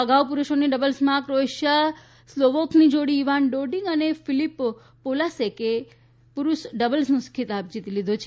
આ અગાઉ પુરૂષોની ડબલ્સમાં ક્રોએશીયા સ્લોવાકની જોડી ઇવાન ડોડીગ અને ફીલીપ પોલાસેકે ખીતાબ જીતી લીધો છે